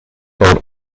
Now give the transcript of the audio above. board